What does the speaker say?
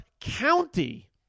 county